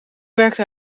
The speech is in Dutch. werkte